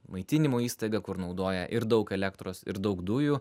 maitinimo įstaiga kur naudoja ir daug elektros ir daug dujų